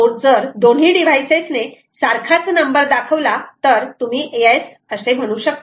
आणि जर दोन्ही डिव्हाइसेस ने सारखाच नंबर दाखवला तर तुम्ही येस म्हणू शकतात